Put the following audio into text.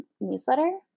newsletter